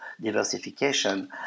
diversification